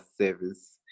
service